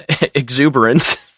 exuberant